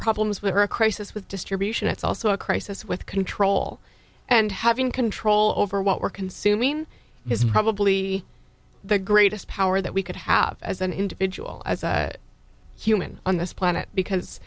problems with her crisis with distribution it's also a crisis with control and having control over what we're consuming is probably the greatest power that we could have as an individual as a human on this planet because